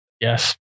Yes